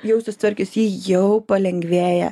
jau susitvarkius jį jau palengvėja